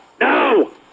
No